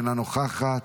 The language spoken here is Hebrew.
אינו נוכח,